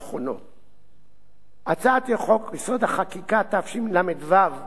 הצעת חוק-יסוד: החקיקה, התשל"ו 1975,